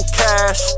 cash